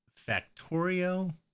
Factorio